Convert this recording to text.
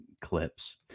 clips